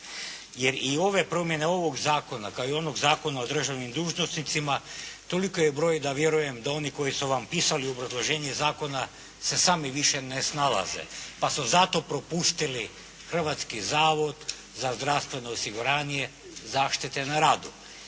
Jer i ove promjene ovog zakona kao i onog Zakona o državnim dužnosnicima toliki je broj da vjerujem da oni koji su vam pisali u obrazloženju zakona se sami više ne snalaze pa su zato propustili Hrvatski zavod za zdravstveno osiguranje zaštite na radu